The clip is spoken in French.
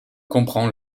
comprend